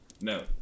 No